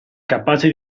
capace